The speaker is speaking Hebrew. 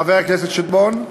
חבר הכנסת שטבון,